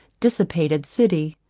dissipated city.